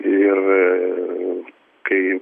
ir kai